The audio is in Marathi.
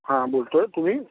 हां बोलतो आहे तुम्ही